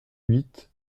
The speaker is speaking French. huit